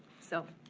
so